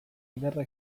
ederra